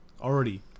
already